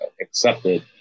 accepted